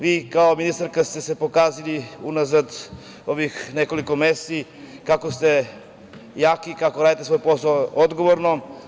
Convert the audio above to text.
Vi kao ministarka ste se pokazali unazad ovih nekoliko meseci kako ste jaki, kako radite svoj posao odgovorno.